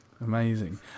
Amazing